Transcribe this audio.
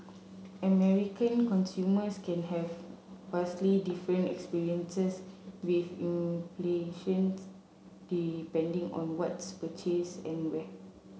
American consumers can have vastly different experiences with inflation's depending on what's purchased and where